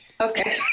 okay